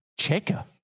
Cheka